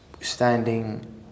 standing